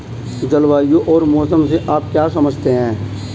जलवायु और मौसम से आप क्या समझते हैं?